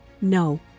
No